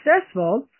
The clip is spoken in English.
successful